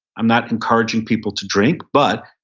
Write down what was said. i'm not encouraging people to drink. but,